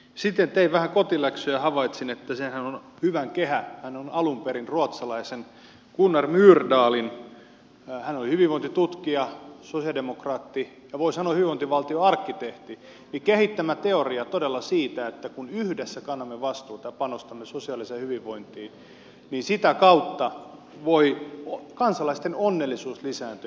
sitten tein vähän kotiläksyjä ja havaitsin että hyvän kehähän on alun perin ruotsalaisen gunnar myrdalin hän oli hyvinvointitutkija sosialidemokraatti ja voi sanoa hyvinvointivaltion arkkitehti kehittämä teoria todella siitä että kun yhdessä kannamme vastuuta ja panostamme sosiaaliseen hyvinvointiin niin sitä kautta voi kansalaisten onnellisuus lisääntyä